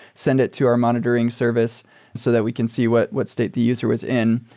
send it to our monitoring service so that we can see what what state the user was in.